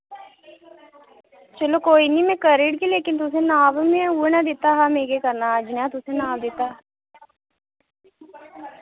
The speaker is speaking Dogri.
चलो कोई नि मैं करी ओड़गी लेकिन तुसें नाप में उऐ नेहा दित्ता हा में केह् करना हा जनेहा तुसें नाप दित्ता